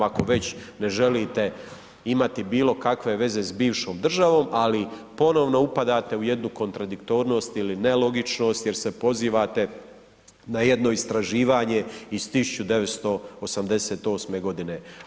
Ako već ne želite imati bilo kakve veze s bivšom državom, ali ponovno upadate u jednu kontradiktornost ili nelogičnost jer se pozivate na jedno istraživanje iz 1988. godine.